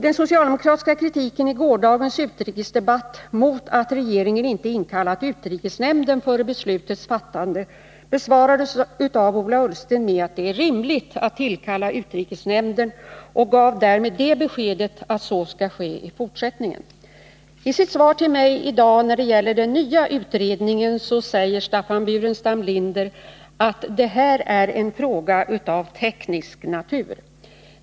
Den socialdemokratiska kritiken i gårdagens utrikesdebatt mot att regeringen inte inkallat utrikesnämnden före beslutets fattande besvarades av Ola Ullsten, som sade att det är rimligt att inkalla utrikesnämnden. Därmed gav han besked om att så skall ske i fortsättningen. I Staffan Burenstam Linders svar till mig i dag när det gäller den nya utredningen säger han att det här är en fråga av teknisk natur.